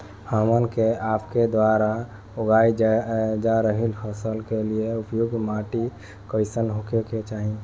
हमन के आपके द्वारा उगाई जा रही फसल के लिए उपयुक्त माटी कईसन होय के चाहीं?